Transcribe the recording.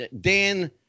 Dan